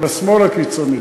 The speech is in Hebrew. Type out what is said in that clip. של השמאל הקיצוני,